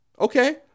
okay